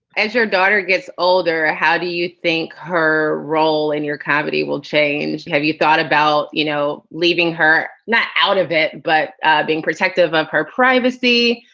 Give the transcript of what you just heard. as your daughter gets older how do you think her role in your cavity will change? have you thought about, you know, leaving her out of it but being protective of her privacy?